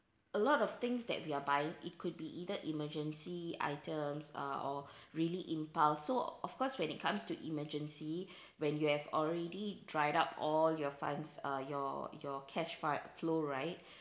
a lot of things that we are buying it could be either emergency items uh or really impulse so of course when it comes to emergency when you have already dried up all your funds uh your your cash fun~ flow right